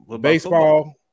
Baseball